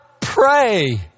pray